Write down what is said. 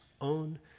own